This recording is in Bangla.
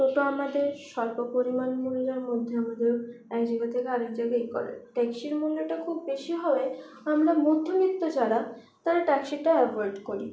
টোটো আমদের স্বল্প পরিমাণ মূল্যের মধ্যে আমাদের এক জায়গা থেকে আর এক জায়গায় ইয়ে করে ট্যাক্সির মূল্যটা খুব বেশি হওয়ায় আমরা মধ্যবিত্ত যারা তারা ট্যাক্সিটা অ্যাভোয়েড করি